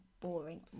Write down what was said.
boring